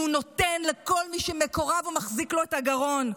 והוא נותן לכל מי שמקורב או מחזיק לו בגרון.